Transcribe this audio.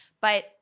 But-